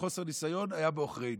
חוסר הניסיון היה בעוכרינו,